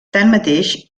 tanmateix